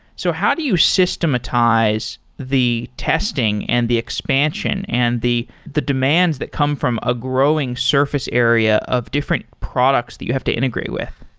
so how do you systematize the testing and the expansion and the the demands that come from a growing surface area of different products that you have to integrate with?